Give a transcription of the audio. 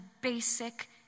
basic